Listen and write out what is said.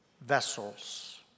vessels